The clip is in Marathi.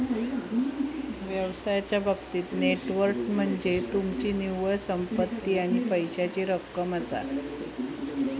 व्यवसायाच्या बाबतीत नेट वर्थ म्हनज्ये तुमची निव्वळ संपत्ती आणि पैशाची रक्कम